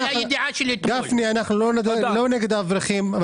אנחנו לא נגד האברכים.